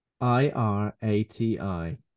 I-R-A-T-I